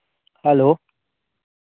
hello